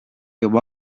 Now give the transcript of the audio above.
juba